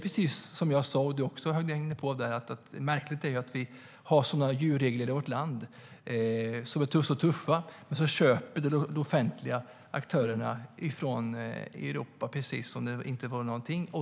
Precis som jag sa och som du också var inne på är det märkligt att vi har sådana tuffa djurregler i vårt land men att de offentliga aktörerna köper från Europa som om det inte var någonting.